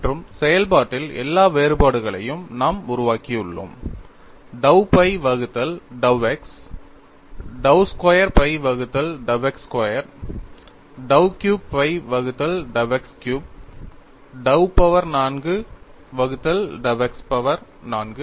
மற்றும் செயல்பாட்டில் எல்லா வேறுபாடுகளையும் நாம் உருவாக்கியுள்ளோம் dou phi வகுத்தல் dou x dou square phi வகுத்தல் dou x square dou cube phi வகுத்தல் dou x cube dou power 4 வகுத்தல் dou x பவர் 4